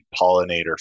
pollinator